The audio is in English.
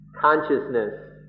consciousness